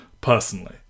personally